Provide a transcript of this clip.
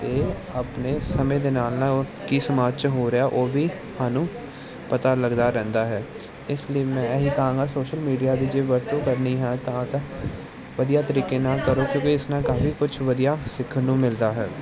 ਅਤੇ ਆਪਣੇ ਸਮੇਂ ਦੇ ਨਾਲ ਨਾਲ ਉਹ ਕੀ ਸਮਾਜ 'ਚ ਹੋ ਰਿਹਾ ਉਹ ਵੀ ਸਾਨੂੰ ਪਤਾ ਲੱਗਦਾ ਰਹਿੰਦਾ ਹੈ ਇਸ ਲਈ ਮੈਂ ਇਹੀ ਕਹਾਂਗਾ ਸੋਸ਼ਲ ਮੀਡੀਆ ਦੀ ਜੇ ਵਰਤੋਂ ਕਰਨੀ ਹੈ ਤਾਂ ਤਾਂ ਵਧੀਆ ਤਰੀਕੇ ਨਾਲ ਕਰੋ ਕਿਉਂਕਿ ਇਸ ਨਾਲ ਕਾਫੀ ਕੁਛ ਵਧੀਆ ਸਿੱਖਣ ਨੂੰ ਮਿਲਦਾ ਹੈ